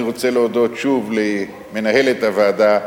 אני רוצה להודות שוב למנהלת הוועדה,